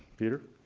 peter